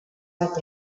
bat